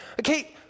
okay